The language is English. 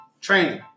training